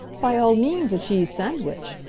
by all means a cheese sandwich.